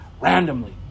randomly